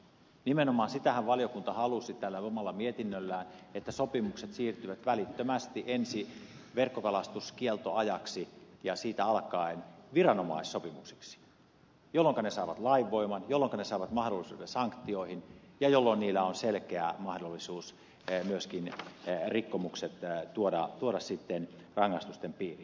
nimenomaan sitähän valiokunta halusi omalla mietinnöllään että sopimukset siirtyvät välittömästi ensi verkkokalastuskieltoajaksi ja siitä alkaen viranomaissopimuksiksi jolloinka ne saavat lainvoiman jolloinka ne antavat mahdollisuuden sanktioihin ja jolloin niiden perusteella on selkeä mahdollisuus myöskin tuoda rikkomukset rangaistusten piiriin